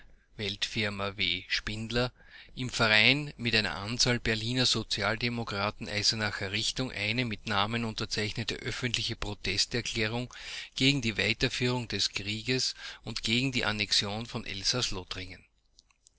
w spindler im verein mit einer anzahl berliner sozialdemokraten eisenacher richtung eine mit namen unterzeichnete öffentliche protesterklärung gegen die weiterführung des krieges und gegen die annexion von elsaß-lothringen